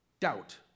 doubt